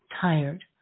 tired